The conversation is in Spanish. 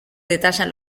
detallan